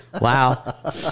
Wow